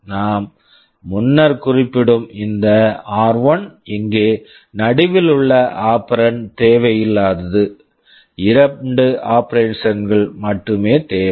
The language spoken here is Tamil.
நாம் முன்னர் குறிப்பிடும் இந்த ஆர்1 r1 இங்கே நடுவில் உள்ள ஆபரண்ட் operand தேவையில்லாதது இரண்டு ஆபரண்ட்ஸ் operands கள் மட்டுமே தேவை